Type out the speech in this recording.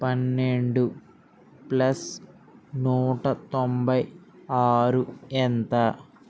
పన్నెండు ప్లస్ నూట తొంభై ఆరు ఎంత